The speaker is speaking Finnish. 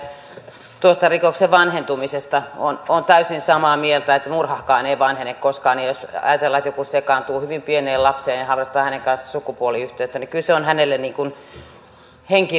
tuosta rikoksen vanhentumisesta olen täysin samaa mieltä että murhakaan ei vanhene koskaan ja jos ajatellaan että joku sekaantuu hyvin pieneen lapseen ja harrastaa hänen kanssaan sukupuoliyhteyttä niin kyllä se on tälle niin kuin henkinen murha